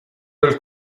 del